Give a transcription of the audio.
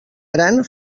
gran